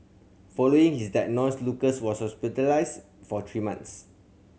following his diagnosis Lucas was hospitalised for three months